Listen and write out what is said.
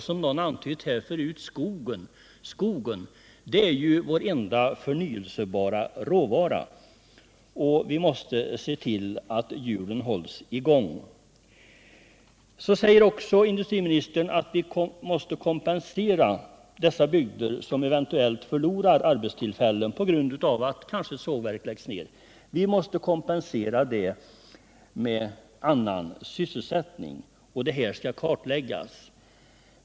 Som någon antytt här är ju skogen vår enda förnyelsebara råvara, varför vi måste se till att den medverkar till att hjulen kan hållas i gång. Industriministern säger också att vi måste kompensera de bygder som eventuellt förlorar arbetstillfällen, kanske på grund av att sågverk läggs ned, med annan sysselsättning och att denna sak skall kartläggas.